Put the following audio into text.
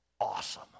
awesome